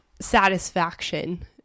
satisfaction